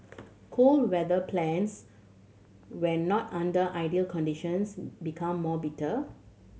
cold weather plants when not under ideal conditions become more bitter